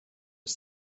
his